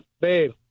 babe